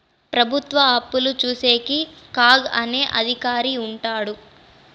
ప్రభుత్వ అప్పులు చూసేకి కాగ్ అనే అధికారి ఉంటాడు